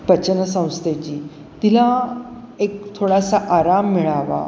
पचनसंस्थेची तिला एक थोडासा आराम मिळावा